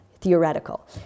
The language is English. theoretical